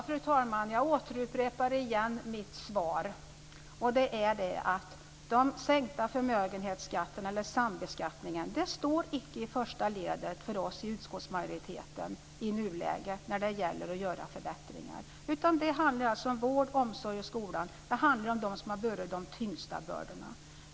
Fru talman! Jag återupprepar mitt svar, nämligen att sambeskattning när det gäller förmögenhet icke står i första ledet för oss i utskottsmajoriteten i nuläget när det gäller att göra förbättringar, utan det handlar alltså om vård, omsorg och skola, det handlar om dem som har burit de tyngsta bördorna.